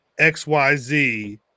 XYZ